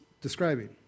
describing